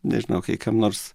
nežinau kai kam nors